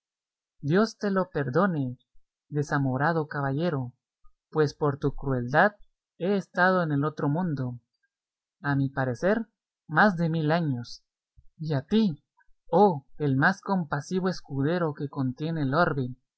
dios te lo perdone desamorado caballero pues por tu crueldad he estado en el otro mundo a mi parecer más de mil años y a ti oh el más compasivo escudero que contiene el orbe